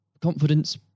confidence